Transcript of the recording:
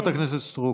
חברת הכנסת סטרוק,